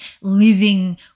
living